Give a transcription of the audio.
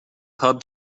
pub